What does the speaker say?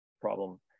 problem